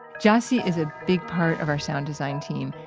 jassy is a big part of our sound design team,